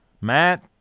Matt